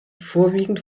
vorwiegend